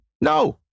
No